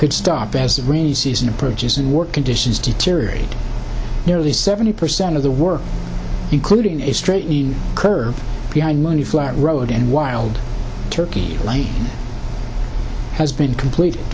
could stop as the rainy season approaches and work conditions deteriorate nearly seventy percent of the work including a straight the curb behind money flat road and wild turkey has been complete